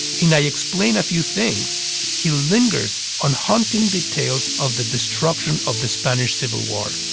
in i explain a few things he lingers on haunting details of the destruction of the spanish civil war.